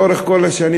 לאורך כל השנים,